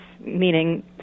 meaning